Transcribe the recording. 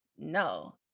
no